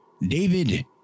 David